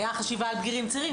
הייתה חשיבה על בגירים צעירים,